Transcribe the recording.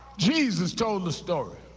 jesus told a story